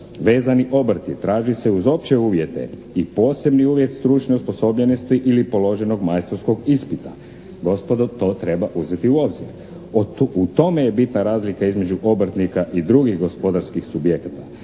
vezani obrti traži se uz opće uvjete i posebni uvjet stručne osposobljenosti ili položenog majstorskog ispita. Gospodo, to treba uzeti u obzir. U tome je bitna razlika između obrtnika i drugih gospodarskih subjekata,